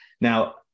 Now